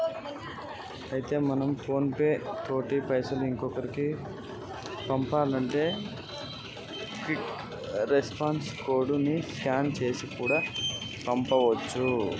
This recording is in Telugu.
అయితే మనం ఫోన్ పే తోటి పైసలు ఇంకొకరికి పంపానంటే క్విక్ రెస్పాన్స్ కోడ్ ని స్కాన్ చేసి కూడా పంపొచ్చు